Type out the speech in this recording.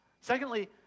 Secondly